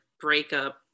breakup